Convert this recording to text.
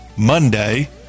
Monday